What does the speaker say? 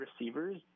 receivers